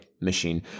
machine